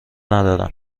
ندارم